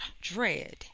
dread